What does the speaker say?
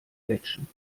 quetschen